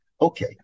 Okay